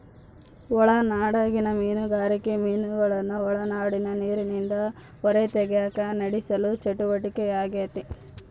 ಒಳನಾಡಿಗಿನ ಮೀನುಗಾರಿಕೆ ಮೀನುಗಳನ್ನು ಒಳನಾಡಿನ ನೀರಿಲಿಂದ ಹೊರತೆಗೆಕ ನಡೆಸುವ ಚಟುವಟಿಕೆಯಾಗೆತೆ